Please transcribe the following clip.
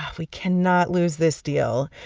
we cannot lose this deal,